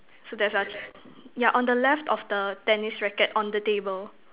so that's such yeah on the left of the tennis racket on the table